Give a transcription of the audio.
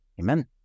Amen